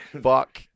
Fuck